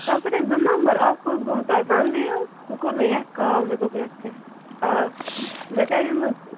تتھ پٮ۪ٹھٕے زٕ نمبر اکھ اوس توہہِ گوٚمُت بنٛدے حظ وۅنۍ کوٚر مےٚ یتھ کال مےٚ دوٚپ یتھ گژھِ آ مےٚ کٔریومو